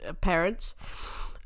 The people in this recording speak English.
parents